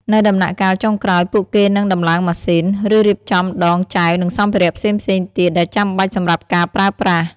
នៅដំណាក់កាលចុងក្រោយ ពួកគេនឹងដំឡើងម៉ាស៊ីន ឬរៀបចំដងចែវនិងសម្ភារៈផ្សេងៗទៀតដែលចាំបាច់សម្រាប់ការប្រើប្រាស់។